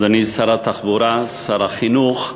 אדוני שר התחבורה, שר החינוך,